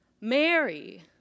Mary